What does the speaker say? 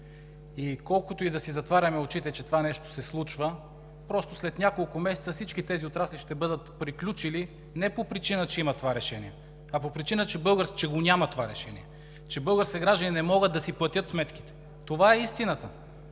И колкото и да си затваряме очите, че това нещо се случва, просто след няколко месеца всички тези отрасли ще бъдат приключили не по причина, че има това решение, а по причина, че го няма това решение, че българските граждани не могат да си платят сметките. Това е истината!